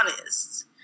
honest